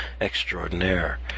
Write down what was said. Extraordinaire